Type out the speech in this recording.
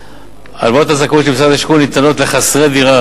הלוואות הזכאות של משרד השיכון ניתנות לחסרי דירה